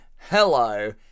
hello